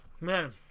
Man